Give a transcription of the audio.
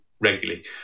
regularly